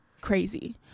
crazy